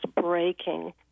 breaking